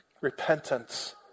repentance